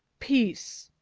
peace!